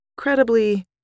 incredibly